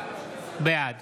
בעד